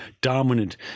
dominant